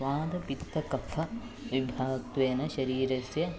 वातपित्तकफविभागत्वेन शरीरस्य